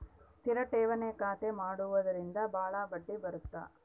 ಸ್ಥಿರ ಠೇವಣಿ ಖಾತೆ ಮಾಡುವುದರಿಂದ ಬಾಳ ಬಡ್ಡಿ ಬರುತ್ತ